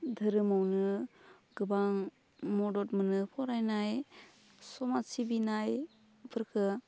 धोरोमावनो गोबां मदद मोनो फरायनाय समाज सिबिनायफोरखौ